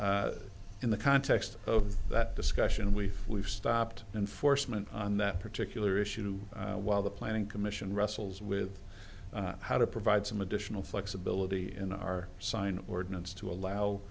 in the context of that discussion we've we've stopped enforcement on that particular issue while the planning commission wrestles with how to provide some additional flexibility in our sign ordinance to allow